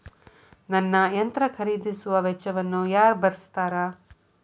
ನನ್ನ ಯಂತ್ರ ಖರೇದಿಸುವ ವೆಚ್ಚವನ್ನು ಯಾರ ಭರ್ಸತಾರ್?